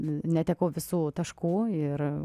netekau visų taškų ir